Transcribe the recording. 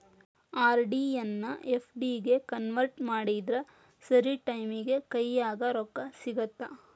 RD ಎನ್ನಾ FD ಗೆ convert ಮಾಡಿದ್ರ ಸರಿ ಟೈಮಿಗಿ ಕೈಯ್ಯಾಗ ರೊಕ್ಕಾ ಸಿಗತ್ತಾ